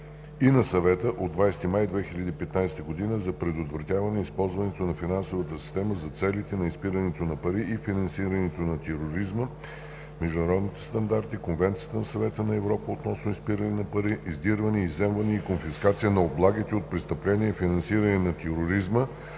и на Съвета от 20 май 2015 г. за предотвратяване използването на финансовата система за целите на изпирането на пари и финансирането на тероризма, международните стандарти, Конвенцията на Съвета на Европа относно изпиране на пари, издирване, изземване и конфискация на облагите от престъпления и финансиране на тероризма,